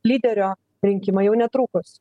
lyderio rinkimai jau netrukus